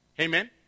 Amen